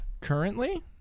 Currently